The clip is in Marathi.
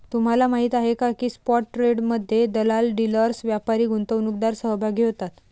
तुम्हाला माहीत आहे का की स्पॉट ट्रेडमध्ये दलाल, डीलर्स, व्यापारी, गुंतवणूकदार सहभागी होतात